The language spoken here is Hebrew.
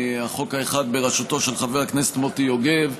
חוק אחד בראשותו של חבר הכנסת מוטי יוגב,